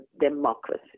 democracy